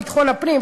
ביטחון הפנים,